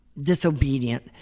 disobedient